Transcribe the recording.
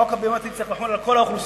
החוק הביומטרי צריך לחול על כל האוכלוסייה.